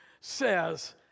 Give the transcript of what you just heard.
says